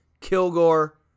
Kilgore